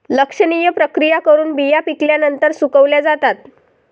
लक्षणीय प्रक्रिया करून बिया पिकल्यानंतर सुकवल्या जातात